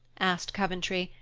asked coventry,